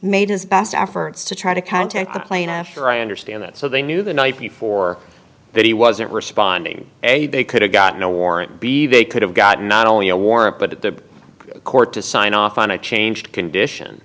made his best efforts to try to contact the plane after i understand it so they knew the night before that he wasn't responding and they could have gotten a warrant be they could have gotten not only a warrant but the court to sign off on a changed condition